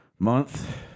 Month